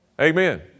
Amen